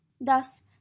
Thus